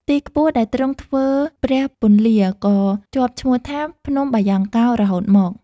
ទីខ្ពស់ដែលទ្រង់ធ្វើព្រះពន្លាក៏ជាប់ឈ្មោះថា ភ្នំបាយ៉ង់កោររហូតមក។